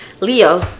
Leo